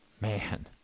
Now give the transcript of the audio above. man